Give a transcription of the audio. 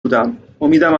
بودم، امیدم